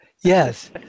Yes